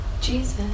Jesus